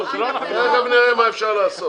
תיכף נראה מה אפשר לעשות.